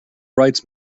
rights